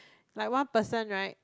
like one person right